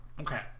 Okay